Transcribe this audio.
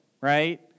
right